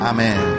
Amen